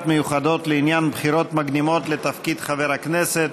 מיוחדות לעניין בחירות מקדימות לתפקיד חבר הכנסת),